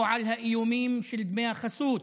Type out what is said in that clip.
או על האיומים של דמי החסות.